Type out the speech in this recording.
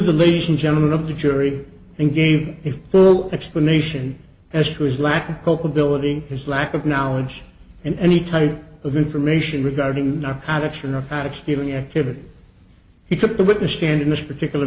the ladies and gentlemen of the jury and gave a full explanation as to his lack of culpability his lack of knowledge and any type of information regarding narcotics in or out of stealing activity he took the witness stand in this particular